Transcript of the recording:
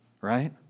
right